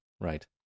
right